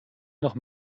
noch